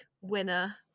winner